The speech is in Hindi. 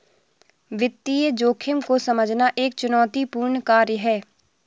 वित्तीय जोखिम को समझना एक चुनौतीपूर्ण कार्य है